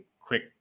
quick